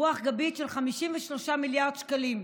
רוח גבית של 53 מיליארד שקלים,